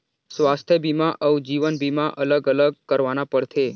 स्वास्थ बीमा अउ जीवन बीमा अलग अलग करवाना पड़थे?